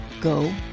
go